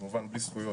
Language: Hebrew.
כמובן בלי זכויות,